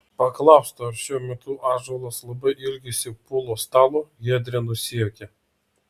paklausta ar šiuo metu ąžuolas labai ilgisi pulo stalo giedrė nusijuokė